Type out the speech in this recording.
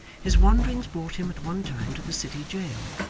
his wanderings brought him at one time to the city jail.